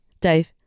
Dave